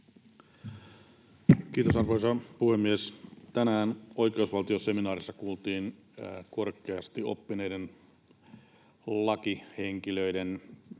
Kiitos, arvoisa puhemies! Tänään oikeusvaltioseminaarissa kuultiin korkeasti oppineiden lakihenkilöiden